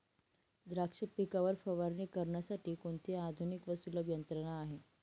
द्राक्ष पिकावर फवारणी करण्यासाठी कोणती आधुनिक व सुलभ यंत्रणा आहे?